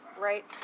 right